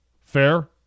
Fair